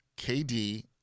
KD